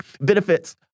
benefits